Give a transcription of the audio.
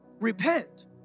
Repent